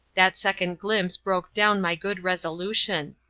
that second glimpse broke down my good resolution.